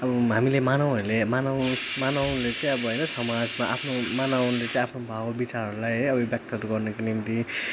अब हामीले मानवहरूले मानव मानवले चाहिँ अब होइन समाजमा आफ्नो मानवले चाहिँ आफ्नो भाव विचारहरूलाई है अभिव्यक्त गर्नुको निम्ति